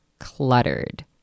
cluttered